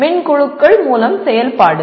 மின் குழுக்கள் மூலம் செயல்பாடுகள்